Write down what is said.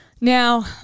Now